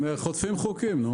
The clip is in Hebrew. הם חוטפים חוקים.